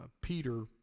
Peter